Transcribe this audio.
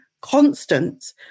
constants